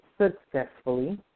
successfully